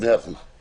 לא טוב יותר.